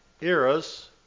eras